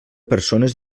persones